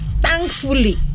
thankfully